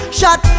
Shot